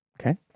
Okay